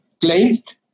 Claimed